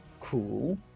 cool